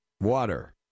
water